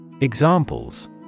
Examples